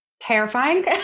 Terrifying